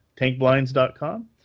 TankBlinds.com